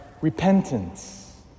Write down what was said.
repentance